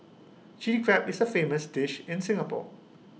Chilli Crab is A famous dish in Singapore